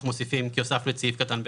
אנחנו מוספים כי הוספנו את סעיף קטן (ב).